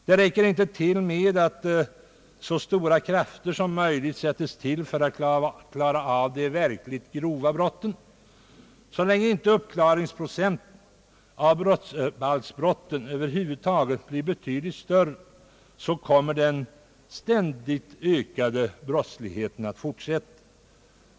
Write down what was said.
Det är inte tillräckligt att man sätter till alla krafter för att klara av de verkligt grova brotten — så länge inte uppklaringsprocenten blir betydligt större när det gäller de i brottsbalken angivna brotten över huvud taget kommer den ständiga ökningen av brottsligheten att fortsätta.